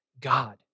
God